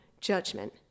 judgment